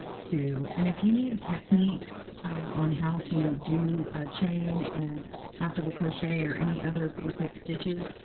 two. and if you need techniques on how to do a chain and half double crochet or any other basic stitches,